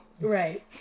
Right